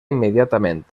immediatament